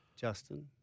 Justin